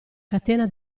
catena